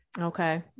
Okay